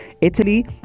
Italy